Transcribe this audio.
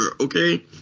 Okay